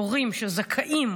הורים שזכאים,